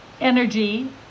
energy